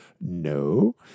No